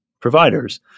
providers